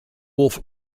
wolf